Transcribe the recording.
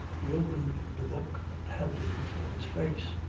he opened the book and held it before his face.